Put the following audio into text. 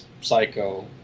Psycho